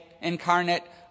incarnate